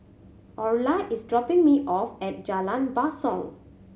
Orla is dropping me off at Jalan Basong